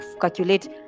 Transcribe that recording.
calculate